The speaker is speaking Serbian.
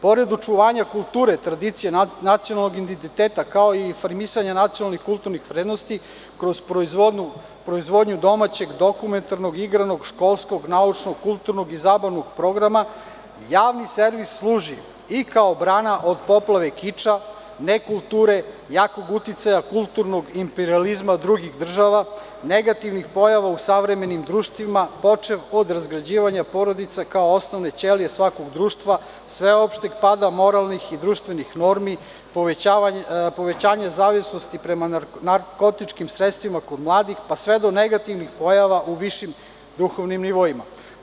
Pored očuvanja kulture, tradicije nacionalnog identiteta, kao i informisanja nacionalnih i kulturnih vrednosti, kroz proizvodnju domaćeg dokumentarnog, igranog, školskog, naučnog, kulturnog i zabavnog programa, javni servis služi i kao brana od poplave kiča, nekulture, jakog uticaja kulturnog imperijalizma drugih država, negativnih pojava u savremenim društvima počev od razgrađivanja porodice kao osnovne ćelije svakog društva, sveopšteg pada moralnih i društvenih normi, povećanja zavisnosti prema narkotičkim sredstvima kod mladih, pa sve do negativnih pojava u višim duhovnim nivoima.